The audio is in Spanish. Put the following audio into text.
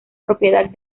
propiedad